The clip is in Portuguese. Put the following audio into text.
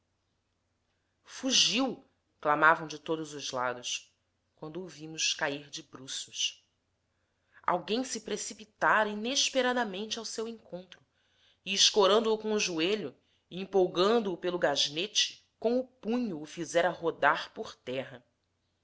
fugiu clamavam de todos os lados quando o vimos cair de braços alguém se precipitara inesperadamente ao seu encontro e escorando o com o joelho e empolgando o pelo gasnete com o punho o fizera rodar por terra